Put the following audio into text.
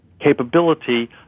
capability